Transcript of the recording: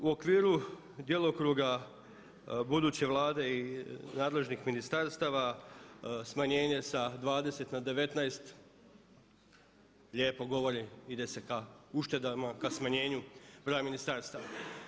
U okviru djelokruga buduće Vlade i nadležnih ministarstava, smanjenje sa 20 na 19 lijepo govori ide se ka uštedama, ka smanjenju broja ministarstava.